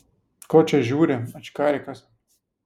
ko čia žiūri ačkarikas